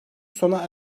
sona